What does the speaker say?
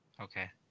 Okay